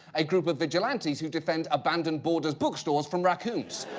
a group of vigilantes who defend abandoned borders bookstores from raccoons.